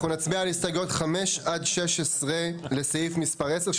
אנחנו נצביע על הסתייגות 5-16 לסעיף מספר 10,